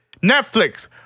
netflix